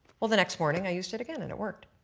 well the next morning i used it again and it worked.